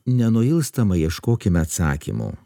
nenuilstamai ieškokime atsakymo